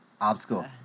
Obstacle